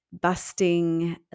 busting